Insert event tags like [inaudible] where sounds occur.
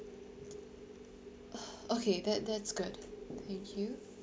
[breath] okay that that's good thank you